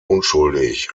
unschuldig